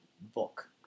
book